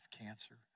cancer